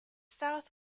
south